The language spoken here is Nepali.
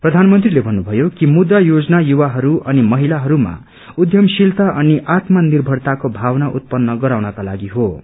प्रधानमन्त्रीले भन्नुभयो कि मुद्रा योजना युवाहरू अनि महिलाहरूमा उद्यमशीलता अनि आत्मनिर्भरताको भावना उत्पन्न गराउनको लागि क्षे